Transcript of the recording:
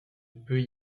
peut